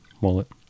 wallet